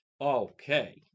Okay